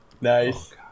nice